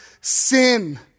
sin